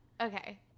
Okay